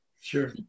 Sure